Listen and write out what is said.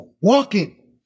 walking